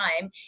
time